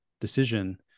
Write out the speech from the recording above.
decision